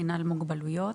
מינהל מוגבלויות.